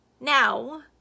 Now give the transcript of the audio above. Now